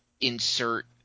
insert